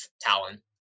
Talon